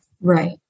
right